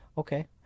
Okay